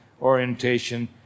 orientation